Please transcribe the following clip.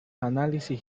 análisis